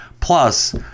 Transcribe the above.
Plus